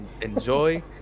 enjoy